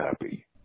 happy